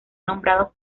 nombrados